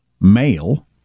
male